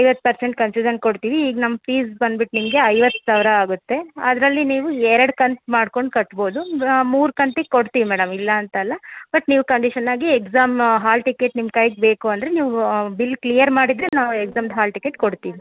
ಐವತ್ತು percent concession ಕೊಡ್ತೀವಿ ಈಗ ನಮ್ಮ ಫೀಝ್ ಬಂದ್ಬಿಟ್ಟು ನಿಮಗೆ ಐವತ್ತು ಸಾವಿರ ಆಗುತ್ತೆ ಅದರಲ್ಲಿ ನೀವು ಎರಡು ಕಂತು ಮಾಡ್ಕೊಂಡು ಕಟ್ಬೋದು ಮೂರು ಕಂತಿಗೆ ಕೊಡ್ತೀವಿ ಮೇಡಮ್ ಇಲ್ಲ ಅಂತಲ್ಲ ಬಟ್ ನೀವು ಕಂಡೀಷನ್ ಆಗಿ ಎಕ್ಸಾಮ್ ಹಾಲ್ ಟಿಕೆಟ್ ನಿಮ್ಮ ಕೈಗೆ ಬೇಕು ಅಂದರೆ ನೀವು ಬಿಲ್ ಕ್ಲಿಯರ್ ಮಾಡಿದರೆ ನಾವು ಎಕ್ಸಾಮ್ದು ಹಾಲ್ ಟಿಕೆಟ್ ಕೊಡ್ತೀವಿ